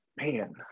man